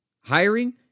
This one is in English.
Hiring